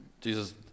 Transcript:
Jesus